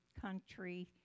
country